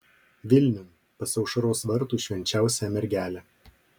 vilniun pas aušros vartų švenčiausiąją mergelę